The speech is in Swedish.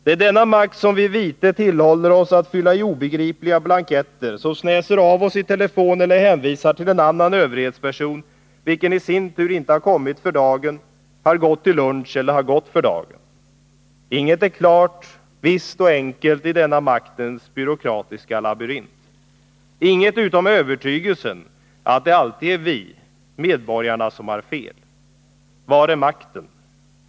Det är denna makt som vid vite tillhåller oss att fylla i obegripliga blanketter, som snäser av oss i telefon eller hänvisar till en annan överhetsperson, vilken i sin tur inte har kommit för dagen, har gått till lunch eller har gått för dagen. Inget är klart, visst och enkelt i denna maktens byråkratiska labyrint, inget utom övertygelsen att det alltid är vi, medborgarna, som har fel. Var är makten?